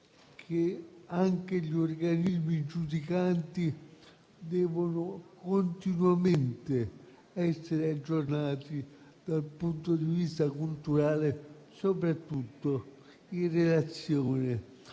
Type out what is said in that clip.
dice che gli organismi giudicanti devono continuamente essere aggiornati dal punto di vista culturale, soprattutto in relazione